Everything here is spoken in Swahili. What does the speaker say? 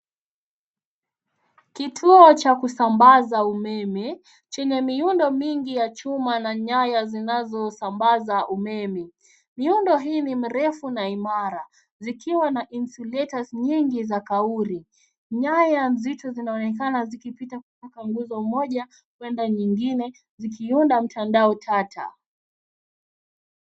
Kituo cha kusambaza umeme, chenye miundo mingi ya chuma na nyaya zinazosambaza umeme. Miundo hii ni mrefu na imara, zikiwa na insulators nyingi za kauri. Nyaya nzito zinaonekana zikipita kutoka nguzo moja kwenda nyingine zikiunda mtandao tata.